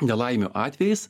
nelaimių atvejais